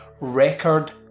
Record